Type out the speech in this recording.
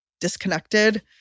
disconnected